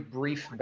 brief